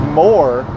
more